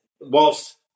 Whilst